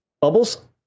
Bubbles